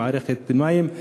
למערכת המים,